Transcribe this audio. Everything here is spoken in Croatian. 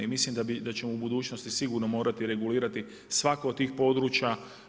I mislim da ćemo u budućnosti sigurno morati regulirati svako od tih područja.